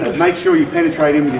make sure you penetrate in with